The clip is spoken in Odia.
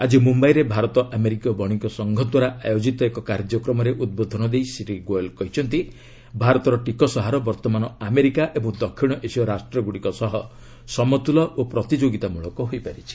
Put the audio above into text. ଆକି ମୁମ୍ବାଇରେ ଭାରତ ଆମେରିକୀୟ ବଶିକ ସଂଘ ଦ୍ୱାରା ଆୟୋଜିତ ଏକ କାର୍ଯ୍ୟକ୍ରମରେ ଉଦ୍ବୋଧନ ଦେଇ ସେ ଗୋୟଲ୍ କହିଛନ୍ତି ଭାରତର ଟିକସହାର ବର୍ତ୍ତମାନ ଆମେରିକା ଏବଂ ଦକ୍ଷିଣ ଏସୀୟ ରାଷ୍ଟ୍ରଗୁଡ଼ିକ ସହ ସମତୁଲ ଓ ପ୍ରତିଯୋଗୀତାମୃଳକ ହୋଇପାରିଛି